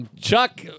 Chuck